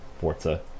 Forza